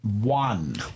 One